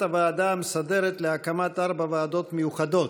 הוועדה המסדרת להקמת ארבע ועדות מיוחדות.